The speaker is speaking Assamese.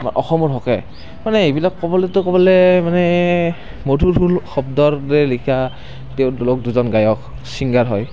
আমাৰ অসমৰ হকে মানে এইবিলাক ক'বলৈ গ'লে মানে মধুৰ শব্দৰে লিখা তেওঁলোক দুজন গায়ক চিংগাৰ হয়